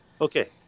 Okay